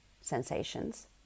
sensations